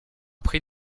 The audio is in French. prix